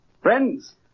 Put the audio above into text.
Friends